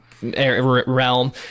Realm